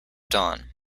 dawn